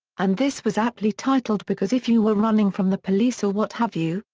and this was aptly titled because if you were running from the police or what have you,